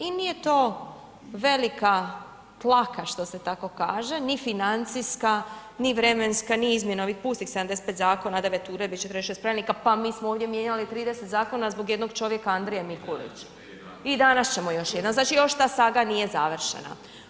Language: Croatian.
I nije to velika tlaka što se tako kaže, ni financijska, ni vremenska, ni izmjena ovih pustih 75 zakona, 9 uredbi, 46 pravilnika, pa mi smo ovdje mijenjali 30 zakona zbog jednog čovjeka Andrije Mikulića, i danas ćemo još jedan, znači još ta saga nije završena.